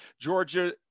georgia